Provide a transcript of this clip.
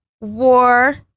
war